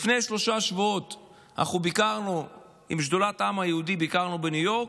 לפני שלושה שבועות אנחנו ביקרנו עם שדולת העם היהודי בניו יורק.